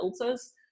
filters